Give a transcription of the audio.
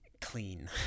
clean